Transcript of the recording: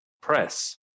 press